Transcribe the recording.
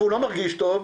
הוא לא מרגיש טוב,